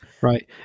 right